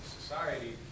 society